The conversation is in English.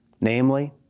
namely